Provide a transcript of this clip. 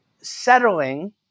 settling